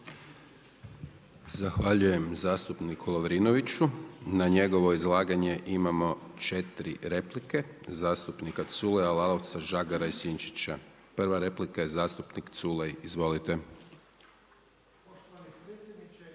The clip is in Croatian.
Zahvaljujem zastupniku Lovrinoviću. Na njegovo izlaganje imamo 4 replike, zastupnika Culeja, Lalovca, Žagara i Sinčića. Prva replika je zastupnik Culej. Izvolite.